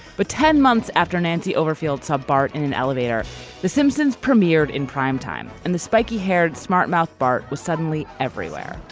but ten months after nancy overfilled some bart in an elevator the simpsons premiered in primetime and the spiky haired smart mouth. bart was suddenly everywhere.